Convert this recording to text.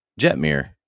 Jetmir